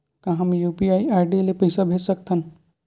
का हम UPI ID ले पईसा भेज सकथन?